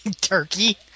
Turkey